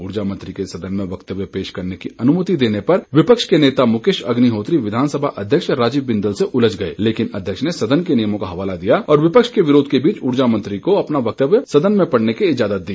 उर्जा मंत्री को सदन में वक्तव्य पेश करने की अनुमति देने पर नेता प्रतिपक्ष मुकेश अग्निहोत्री विधानसभा अध्यक्ष राजीव बिंदल से उलझ गए लेकिन अध्यक्ष ने सदन के नियमों का हवाला दिया और विपक्ष के विरोध के बीच ऊर्जा मंत्री को अपना वक्तव्य सदन में पढ़ने की इजाजत दी